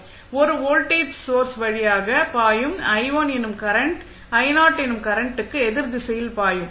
1 volt voltage source வழியே பாயும் எனும் கரண்ட் எனும் கரண்ட்டுக்கு எதிர் திசையில் பாயும்